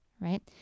right